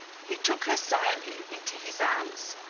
he took her silently into his arms.